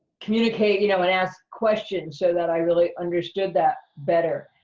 communicate, you know, and ask questions so that i really understood that better.